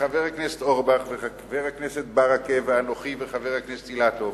שחבר הכנסת אורבך וחבר הכנסת ברכה ואנוכי וחבר הכנסת אילטוב,